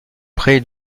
pré